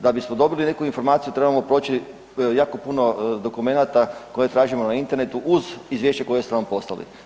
Da bismo dobili neku informaciju trebamo proći jako puno dokumenata koje tražimo na internetu uz izvješće koje ste nam poslali.